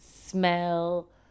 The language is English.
smell